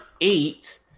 eight